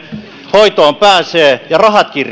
hoitoon pääsee ja rahatkin